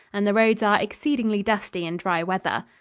and the roads are exceedingly dusty in dry weather.